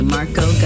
Marco